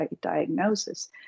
diagnosis